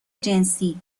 جنسی